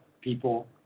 People